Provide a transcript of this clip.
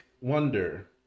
wonder